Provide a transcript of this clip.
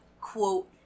quote